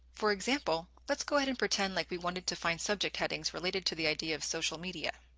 for example, let's go ahead and pretend like we wanted to find subject headings related to the idea of social media.